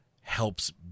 helps